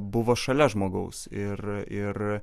buvo šalia žmogaus ir ir